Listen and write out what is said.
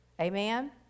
Amen